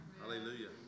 Hallelujah